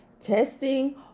testing